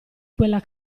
quella